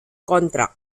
contract